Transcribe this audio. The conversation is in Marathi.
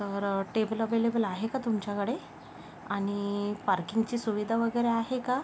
तर टेबल अवेलेबल आहे का तुमच्याकडे आणि पार्किंगची सुविधा वगैरे आहे का